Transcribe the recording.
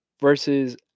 versus